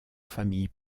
familles